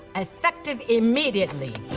effective immediately.